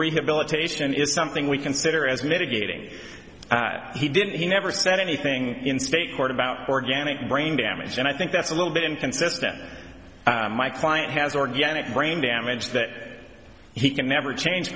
rehabilitation is something we consider as mitigating he didn't he never said anything in state court about organic brain damage and i think that's a little bit inconsistent my client has organic brain damage that he can never change